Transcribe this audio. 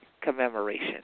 commemoration